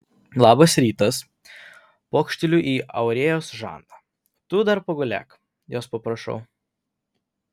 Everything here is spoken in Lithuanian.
labas rytas pokšteliu į aurėjos žandą tu dar pagulėk jos paprašau